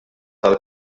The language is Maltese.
tal